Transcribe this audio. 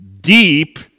deep